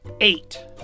Eight